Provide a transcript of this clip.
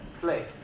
play